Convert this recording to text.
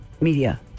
media